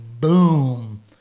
boom